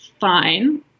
fine